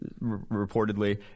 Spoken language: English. reportedly